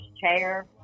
chair